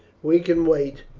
we can wait,